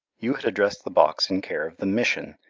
you had addressed the box in care of the mission,